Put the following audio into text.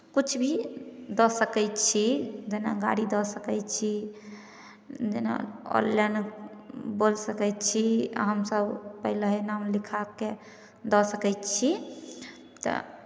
किछु भी दऽ सकै छी जेना गाड़ी दऽ सकै छी जेना ऑनलाइन बोलि सकै छी आ हमसभ पहिले ही नाम लिखा कऽ दऽ सकै छी तऽ